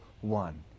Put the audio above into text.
one